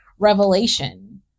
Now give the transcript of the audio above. revelation